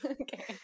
Okay